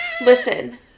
Listen